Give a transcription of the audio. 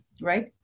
right